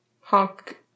Honk